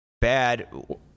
bad